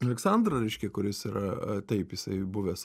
aleksandrą reiškia kuris yra taip jisai buvęs